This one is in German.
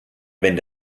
wenn